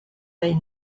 they